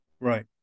Right